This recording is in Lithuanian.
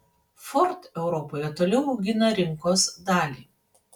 ford europoje toliau augina rinkos dalį